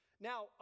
Now